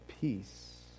peace